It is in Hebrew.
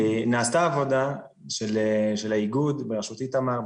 נעשתה עבודה של האיגוד בראשות איתמר,